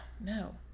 no